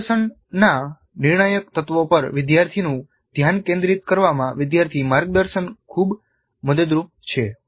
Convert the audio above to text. નિદર્શનના નિર્ણાયક તત્વો પર વિદ્યાર્થીનું ધ્યાન કેન્દ્રિત કરવામાં વિદ્યાર્થી માર્ગદર્શન ખૂબ મદદરૂપ છે